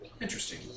interesting